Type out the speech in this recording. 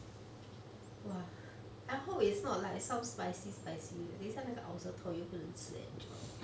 !wah! I hope it's not like some spicy spicy 等一下那个 ulcer 痛又不能吃 enjoy